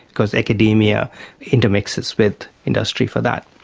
because academia intermixes with industry for that.